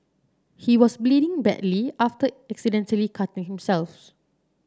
he was bleeding badly after accidentally cutting him